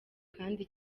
kandi